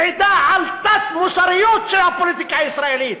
מעידה על תת-מוסריות של הפוליטיקה הישראלית.